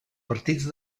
partits